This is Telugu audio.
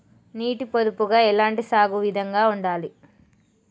నీటి పొదుపుగా ఎలాంటి సాగు విధంగా ఉండాలి?